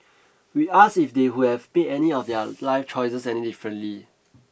we asked if they would have made any of their life choices any differently